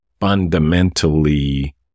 fundamentally